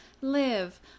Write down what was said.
live